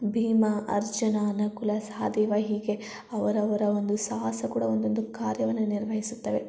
ಭೀಮ ಅರ್ಜುನ ನಕುಲ ಸಹದೇವ ಹೀಗೆ ಅವರವರ ಒಂದು ಸಾಹಸ ಕೂಡ ಒಂದೊಂದು ಕಾರ್ಯವನ್ನು ನಿರ್ವಹಿಸುತ್ತವೆ